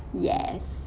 yes